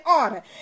order